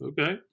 Okay